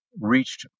reached